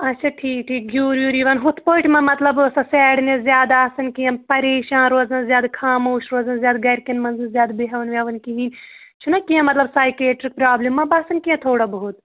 اچھا ٹھیٖک ٹھیٖک گیٛوٗر ویوٗر یِوان یِتھٕ پٲٹھۍ ما مطلب سۄ سیڈنیٚس زیادٕ آسان کیٚنٛہہ پریشان روزان زیادٕ خاموش روزان زیادٕ گَرِکیٚن منٛز نہٕ زیادٕ بیٚہوان ویٚہوان کِہیٖنٛۍ چھُنا کیٚنٛہہ مطلب سایکیٹِرٛک پرٛابلِم ما باسان کیٚنٛہہ تھوڑا بہت